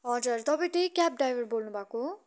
हजुर तपाईँ त्यही क्याब ड्राइभर बोल्नुभएको हो